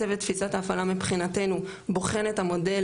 צוות תפיסת ההפעלה מבחינתנו בוחן את המודל